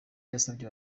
yasabye